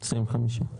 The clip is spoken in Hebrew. סדר גודל.